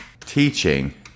teaching